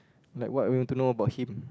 like what you want to know about him